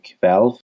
valve